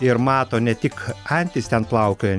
ir mato ne tik antys ten plaukiojan